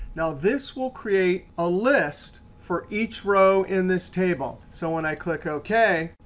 now this will create a list for each row in this table. so when i click ok,